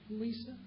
Lisa